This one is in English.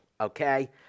okay